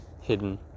hidden